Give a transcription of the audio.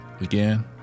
again